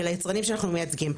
של היצרנים שאנחנו מייצרים,